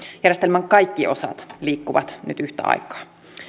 järjestelmän kaikki osat liikkuvat nyt yhtä aikaa